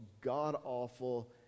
God-awful